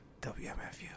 WMFU